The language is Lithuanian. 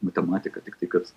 matematika tiktai kad